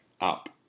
up